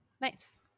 Nice